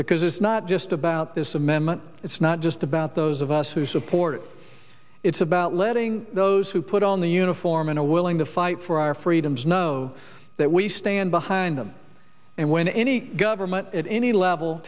because it's not just about this amendment it's not just about those of us who support it it's about letting those who put on the uniform and are willing to fight for our freedoms know that we stand behind them and when any government at any level